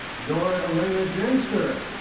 norah elena genster.